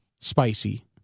spicy